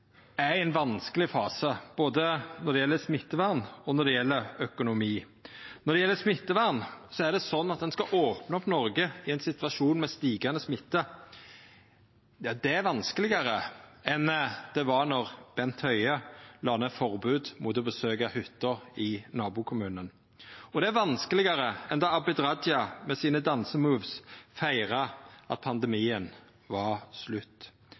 er i ein vanskeleg fase både når det gjeld smittevern, og når det gjeld økonomi. Når det gjeld smittevern, er det slik at ein skal opna opp Noreg i ein situasjon med stigande smitte. Det er vanskelegare enn det var då Bent Høie la ned forbod mot å besøkja hytta i nabokommunen, og det er vanskelegare enn då Abid Raja med sine dansemoves feira at pandemien var slutt.